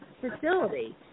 facility